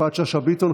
יפעת שאשא ביטון,